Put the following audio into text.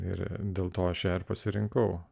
ir dėl to šiai pasirinkau